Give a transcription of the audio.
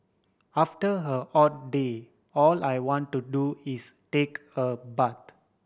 after a hot day all I want to do is take a